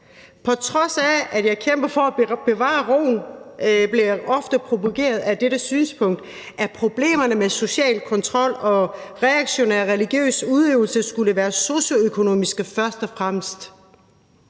På trods af at jeg kæmper for at bevare roen, bliver jeg ofte provokeret af det synspunkt, at problemerne med social kontrol og reaktionær religiøs udøvelse skulle være socioøkonomiske først og fremmest.